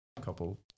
couple